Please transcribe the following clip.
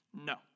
no